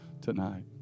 tonight